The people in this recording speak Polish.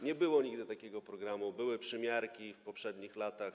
Nie było nigdy takiego programu, były przymiarki w poprzednich latach.